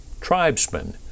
tribesmen